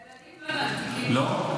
הילדים לא, לא.